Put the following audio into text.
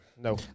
No